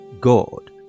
god